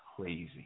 crazy